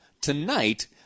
tonight